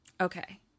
Okay